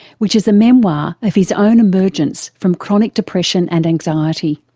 which is a memoir of his own emergence from chronic depression and anxiety.